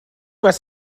was